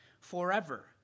forever